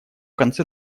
конце